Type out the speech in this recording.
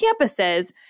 campuses